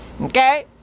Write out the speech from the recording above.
okay